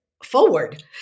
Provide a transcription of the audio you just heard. Forward